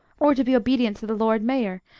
or to be obedient to the lord mayor,